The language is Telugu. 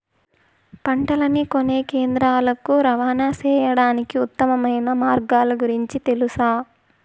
పంటలని కొనే కేంద్రాలు కు రవాణా సేయడానికి ఉత్తమమైన మార్గాల గురించి తెలుసా?